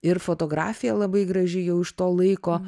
ir fotografija labai graži jau iš to laiko